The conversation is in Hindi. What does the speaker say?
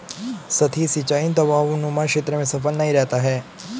सतही सिंचाई ढवाऊनुमा क्षेत्र में सफल नहीं रहता है